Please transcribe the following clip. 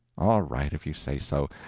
all right, if you say so.